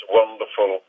wonderful